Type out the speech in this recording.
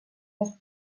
més